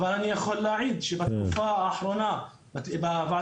אבל אני יכול להעיד שבתקופה האחרונה בוועדה